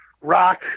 Rock